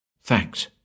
Thanks